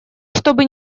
чтобы